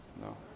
No